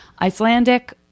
Icelandic